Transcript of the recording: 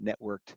networked